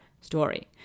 story